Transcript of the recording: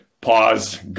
pause